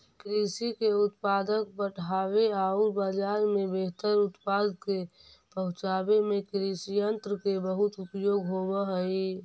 कृषि के उत्पादक बढ़ावे औउर बाजार में बेहतर उत्पाद के पहुँचावे में कृषियन्त्र के बहुत उपयोग होवऽ हई